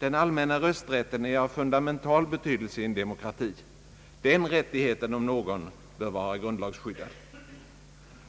Den allmänna rösträtten är av fundamental betydelse i en demokrati. Denna rättighet om någon bör vara grundlagsskyddad.